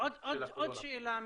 עוד שאלה.